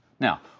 Now